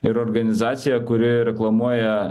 ir organizacija kuri reklamuoja